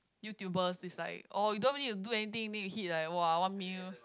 YouTuber is like orh you don't need to do anything then you hit like !wah! one mil